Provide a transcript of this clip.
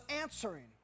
answering